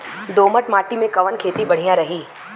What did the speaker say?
दोमट माटी में कवन खेती बढ़िया रही?